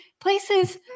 places